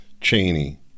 Cheney